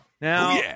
now